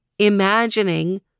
Imagining